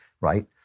right